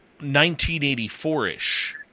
1984-ish